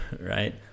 right